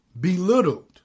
belittled